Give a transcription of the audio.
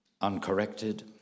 uncorrected